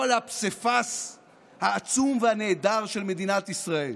כל הפסיפס העצום והנהדר של מדינת ישראל